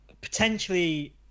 potentially